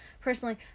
Personally